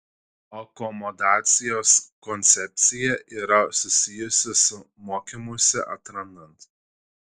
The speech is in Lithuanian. akomodacijos koncepcija yra susijusi su mokymusi atrandant